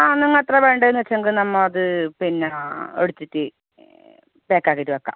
ആ നിങ്ങൾ എത്ര വേണ്ടതെന്ന് വെച്ചെങ്കിൽ നമ്മൾ അത് പിന്നെ എടുത്തിട്ട് പാക്ക് ആക്കിയിട്ട് വയ്ക്കാം